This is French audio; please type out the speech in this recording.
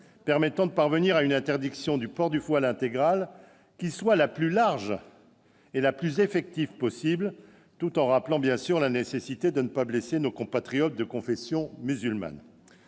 permettant de parvenir à une interdiction du port du voile intégral qui soit la plus large et la plus effective possible, tout en rappelant, bien sûr, la nécessité de ne pas blesser nos compatriotes de confession musulmane.